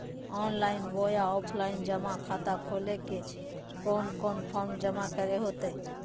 Online बोया offline जमा खाता खोले ले कोन कोन फॉर्म जमा करे होते?